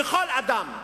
וכל אדם,